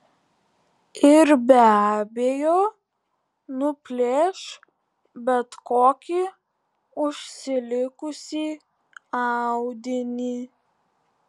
ir be abejo nuplėš bet kokį užsilikusį audinį